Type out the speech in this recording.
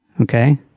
Okay